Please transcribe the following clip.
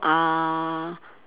uh